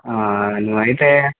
ఆ నువ్వు అయితే